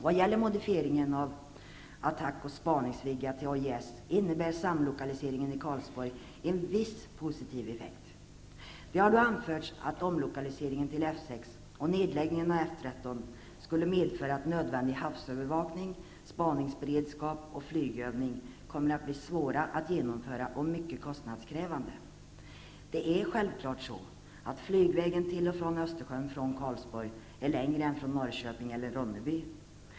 Vad gäller modifieringen av attack och spaningsviggar till AJS innebär samlokaliseringen i Karlsborg en viss positiv effekt. Det har då anförts att omlokaliseringen till F 6 och nedläggningen av F 13 skulle medföra att nödvändig havsövervakning, spaningsberedskap och flygövning kommer att bli svåra att genomföra och mycket kostnadskrävande. Det är självklart så att flygvägen till och från Östersjön från Karlsborg är längre än från Norrköping eller Ronneby.